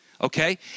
Okay